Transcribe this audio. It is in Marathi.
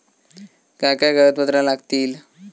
काय काय कागदपत्रा लागतील?